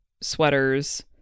sweaters